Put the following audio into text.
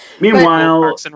Meanwhile